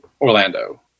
Orlando